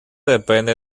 depende